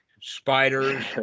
spiders